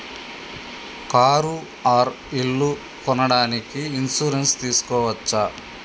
Car or ఇల్లు కొనడానికి insurance తీస్కోవచ్చా?